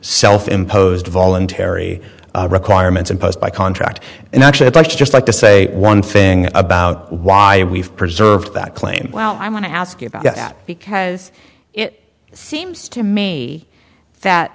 self imposed voluntary requirements imposed by contract and actually it's just like to say one thing about why we've preserved that claim well i want to ask you about that because it seems to me